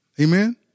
Amen